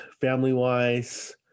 family-wise